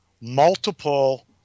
multiple